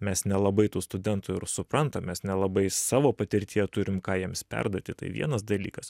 mes nelabai tų studentų ir suprantam mes nelabai savo patirtyje turim ką jiems perduoti tai vienas dalykas